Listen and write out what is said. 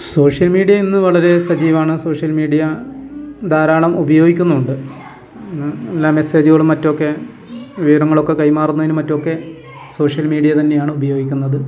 social media ഇന്ന് വളരെ സജീവമാണ് സോഷ്യൽ മീഡിയ ധാരാളം ഉപയോഗിക്കുന്നുണ്ട് എല്ലാ മെസ്സേജുകളും മറ്റൊക്കെ വിവരങ്ങളൊക്കെ കൈമാറുന്നതിന് മറ്റുമൊക്കെ സോഷ്യൽ മീഡിയ തന്നെയാണ് ഉപയോഗിക്കുന്നത്